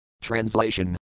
Translation